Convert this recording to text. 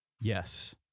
Yes